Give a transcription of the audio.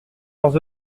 leurs